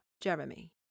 Jeremy